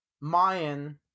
Mayan